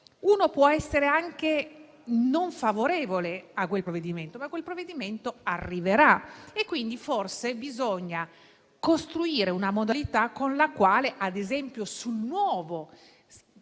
Uno può essere anche non favorevole a quel provvedimento, ma quel provvedimento arriverà e forse bisogna costruire una modalità con la quale, ad esempio, sul nuovo verranno